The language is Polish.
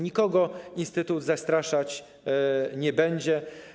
Nikogo instytut zastraszać nie będzie.